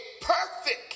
perfect